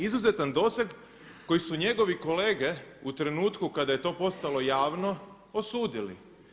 Izuzetan doseg koji su njegovi kolege u trenutku kada je to postalo javno osudili.